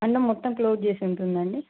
అంటే మొత్తం క్లోజ్ చేసి ఉంటుందండి